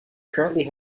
currently